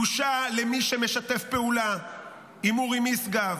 בושה למי שמשתף פעולה עם אורי משגב,